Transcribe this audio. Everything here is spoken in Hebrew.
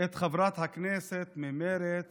את חברת הכנסת ממרצ